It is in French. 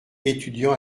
étudiant